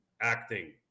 acting